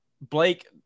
Blake